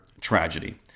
tragedy